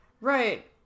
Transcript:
right